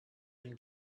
been